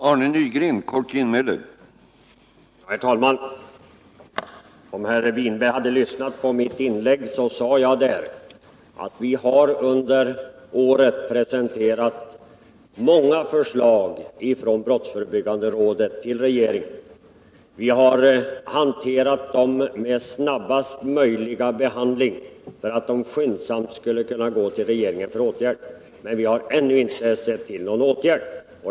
Herr talman! I mitt inlägg sade jag, Håkan Winberg, att vi i brottsförebyggande rådet under året har presenterat många förslag för regeringen. Vi har givit dem den snabbaste behandling som varit möjlig för att de skyndsamt skulle kunna överlämnas till regeringen för åtgärd. Men vi har ännu inte sett till någon åtgärd.